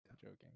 joking